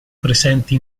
presenti